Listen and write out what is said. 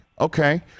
Okay